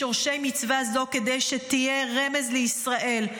"משרשי מצווה זו כדי שתהיה רמז לישראל,